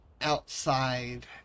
outside